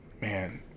Man